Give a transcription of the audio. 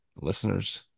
listeners